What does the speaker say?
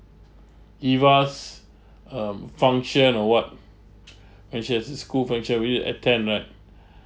ivah's um function or what when she has this school function will you attend right